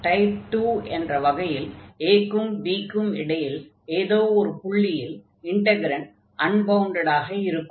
type 2 என்ற வகையில் a க்கும் b க்கும் இடையில் ஏதோ ஒரு புள்ளியில் இன்டக்ரன்ட் அன்பவுண்டட் ஆக இருக்கும்